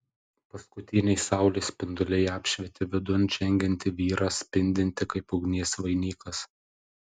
paskutiniai saulės spinduliai apšvietė vidun žengiantį vyrą spindintį kaip ugnies vainikas